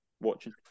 watching